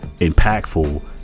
impactful